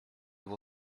will